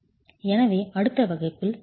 எனவே அடுத்த வகுப்பில் தொடர்வோம்